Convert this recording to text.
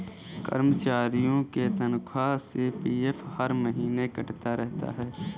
कर्मचारियों के तनख्वाह से पी.एफ हर महीने कटता रहता है